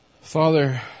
Father